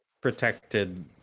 protected